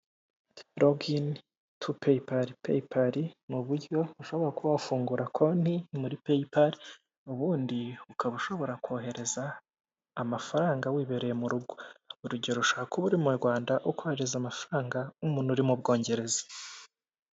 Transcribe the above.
Rogini tu peyipari, payipari ni uburyo ushobora kuba wafungura konti muri payipari, ubundi ukaba ushobora kohereza amafaranga wibereye mu rugo, urugero ushobora kuba uri mu Rwanda, ukohereza amafaranga umuntu uri mu Bwongereza.